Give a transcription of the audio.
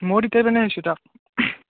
ময়ো তেতিয়াৰ পিনেই চাইছোঁ তাক